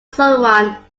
someone